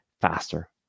faster